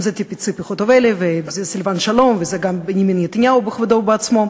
אם ציפי חוטובלי ואם סילבן שלום וגם בנימין נתניהו בכבודו ובעצמו.